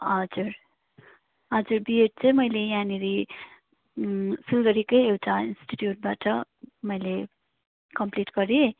हजुर हजुर बिएड चाहिँ मैले यहाँनिर सिलगडीकै एउटा इन्स्टिट्युटबाट मैले कम्प्लिट गरेँ